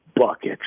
buckets